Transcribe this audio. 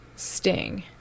Sting